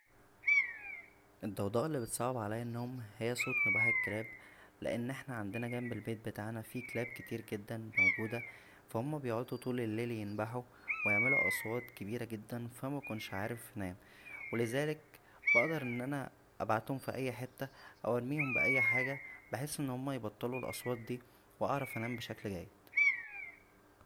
الضوضاء اللى بتصعب عليا النوم هى صوت نباح الكلاب لان احنا عندنا ججنب البيت بتاعنا فيه كلاب كتير جدا موجوده فا هما بيقعدو طول الليل ينبحو ويعملوا اصوات كبيره جدا فا مبكونش عارف انام و لذلك بقدر ان انا ابعتهم فى اى حته او ارميهم ب اى حاجه بحيث ان هما يبطلوا الاصوات دى واعرف انام بشكل جيد